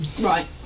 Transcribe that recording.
Right